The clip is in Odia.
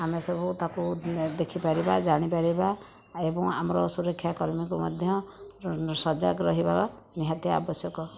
ଆମେ ସବୁ ତାକୁ ଦେଖିପାରିବା ଜାଣିପାରିବା ଏବଂ ଆମର ସୁରକ୍ଷାକର୍ମୀଙ୍କୁ ମଧ୍ୟ ସଜାଗ ରହିବା ନିହାତି ଆବଶ୍ୟକ